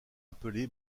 appelé